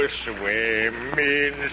Swimming